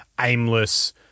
aimless